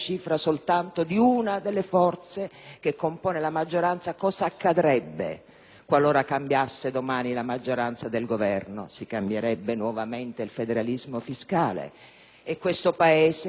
Qualora cambiasse domani la maggioranza di Governo, si cambierebbe nuovamente il federalismo fiscale e questo Paese, che ha bisogno di crescere, di rafforzarsi, di modernizzarsi,